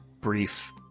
brief